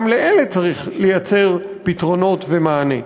גם לאלה צריך לייצר פתרונות ומענה.